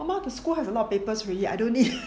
mama the school already have a lot papers already I don't need